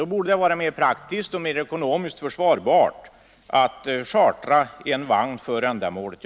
Det måste vara mera praktiskt och mer ekonomiskt försvarbart att chartra en vagn för ändamålet.